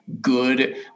good